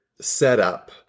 setup